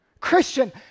Christian